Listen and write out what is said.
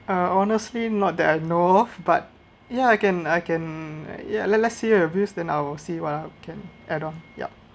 uh honestly not that I know but ya I can I can ya let let’s see what’s your view then I will see what I can add on yup